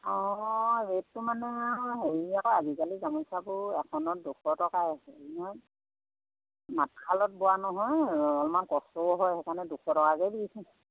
অঁ ৰেটটো মানে হেৰি আকৌ আজিকালি গামোচাবোৰ এখনত দুশ টকাই হেৰি নহয় মাটিশালত বোৱা নহয় অলমান কষ্টও হয় সেইকাৰণে দুশ টকাকৈ দিছোঁ